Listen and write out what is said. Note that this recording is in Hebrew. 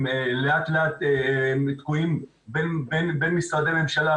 הם לאט לאט תקועים בין משרדי ממשלה,